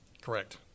Correct